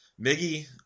Miggy